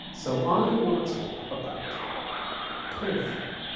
so i wanna talk about perfume.